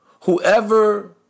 Whoever